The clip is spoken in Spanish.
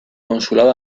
consulado